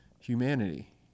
humanity